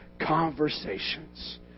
conversations